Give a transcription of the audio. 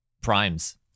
primes